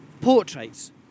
portraits